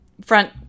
front